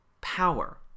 power